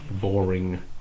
boring